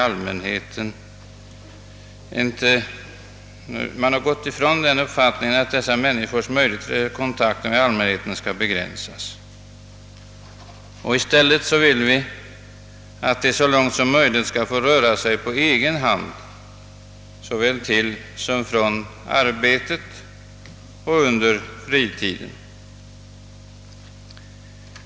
Man har frångått uppfattningen att dessa människors möjligheter till kontakter med allmänheten skall begränsas. I stället vill vi att de så långt som möjligt skall få röra sig på egen hand såväl till och från arbetet som under fritiden.